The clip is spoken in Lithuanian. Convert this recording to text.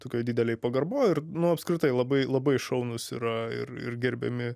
tokioj didelėj pagarboj ir apskritai labai labai šaunūs yra ir ir gerbiami